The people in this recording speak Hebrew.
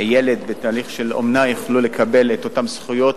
ילד בתהליך של אומנה יוכלו לקבל את אותן זכויות